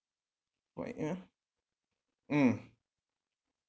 what ah mm